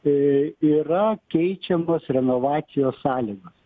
tai yra keičiamos renovacijos sąlygos